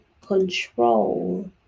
control